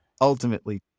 ultimately